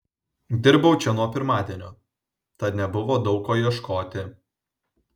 dirbau čia nuo pirmadienio tad nebuvo daug ko ieškoti